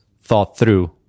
thought-through